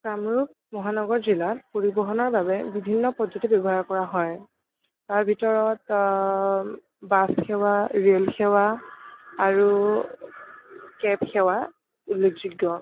কামৰূপ মহানগৰ জিলাত পৰিবহণৰ বাবে বিভিন্ন পদ্ধতি ব্য়ৱহাৰ কৰা হয় তাৰ ভিতৰত বাছ সেৱা ৰেল সেৱা আৰু কেব সেৱা উল্লেখযোগ্য়